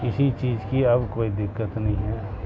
کسی چیز کی اب کوئی دقت نہیں ہے